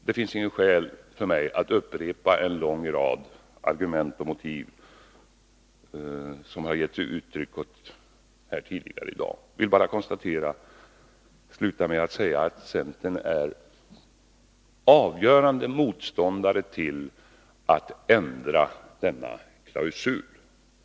Det finns inget skäl för mig att upprepa en lång rad argument och motiv som det har givits uttryck åt tidigare i dag. Jag vill sluta mitt inlägg med att säga att centern är avgjord motståndare till att ändra denna klausul.